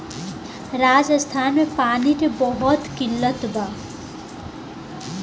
राजस्थान में पानी के बहुत किल्लत बा